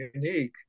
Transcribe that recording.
unique